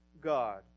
God